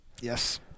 Yes